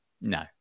No